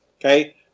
Okay